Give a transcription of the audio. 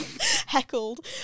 Heckled